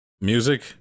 music